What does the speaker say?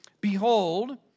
Behold